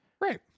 Right